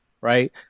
right